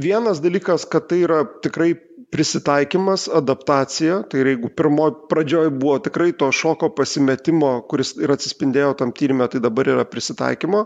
vienas dalykas kad tai yra tikrai prisitaikymas adaptacija tai yra jeigu pirmoj pradžioj buvo tikrai to šoko pasimetimo kuris ir atsispindėjo tam tyrime tai dabar yra prisitaikymo